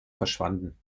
verschwanden